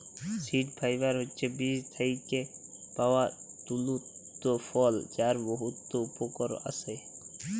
seed fibre হছে বীজ থ্যাইকে পাউয়া তল্তু ফল যার বহুত উপকরল আসে